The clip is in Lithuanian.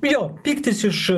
jo pyktis iš